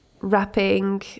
wrapping